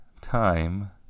time